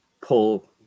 pull